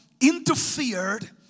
interfered